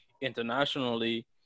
internationally